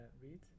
read